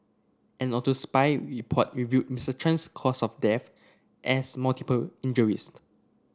an autopsy report revealed Mister Chan's cause of death as multiple injuries